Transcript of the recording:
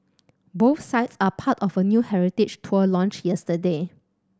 both sites are part of a new heritage tour launched yesterday